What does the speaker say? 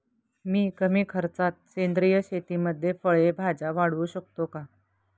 मी कमी खर्चात सेंद्रिय शेतीमध्ये फळे भाज्या वाढवू शकतो का?